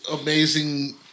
amazing